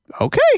Okay